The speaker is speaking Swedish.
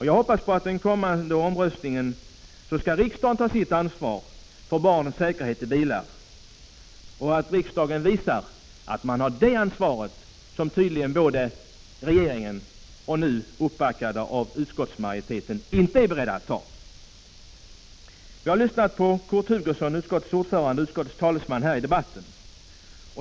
Jag hoppas att riksdagen i den kommande omröstningen skall ta det ansvar för barnens säkerhet i bilar som tydligen regeringen, nu med uppbackning av utskottsmajoriteten, inte är beredd att ta. Jag har lyssnat till Kurt Hugosson, utskottets ordförande och talesman här idebatten.